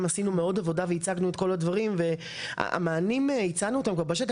עשינו את כל הדברים והמענים כבר הצענו אותם בשטח,